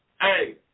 hey